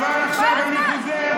עבר הזמן.